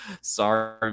Sorry